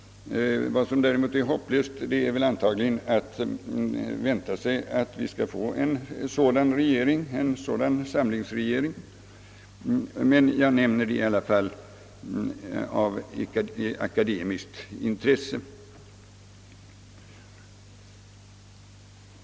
Vad som däremot är hopplöst är väl att vänta sig att vi skall kunna få en sådan samlingsregering, men jag nämner det i alla fall av akademiskt intresse.